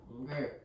Okay